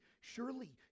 Surely